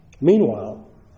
meanwhile